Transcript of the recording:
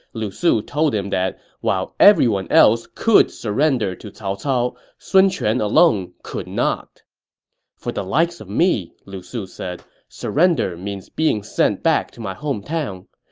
lu su told him that while everyone else could surrender to cao cao, sun quan alone could not for the likes of me, lu su said, surrender means being sent back to my hometown.